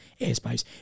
airspace